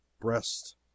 breast